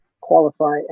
qualify